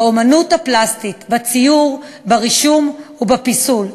באמנות הפלסטית: בציור, ברישום ובפיסול.